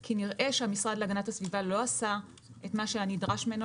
כי נראה שהמשרד להגנת הסביבה לא עשה את מה שהיה נדרש ממנו